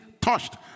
touched